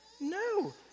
No